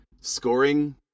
scoring